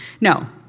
No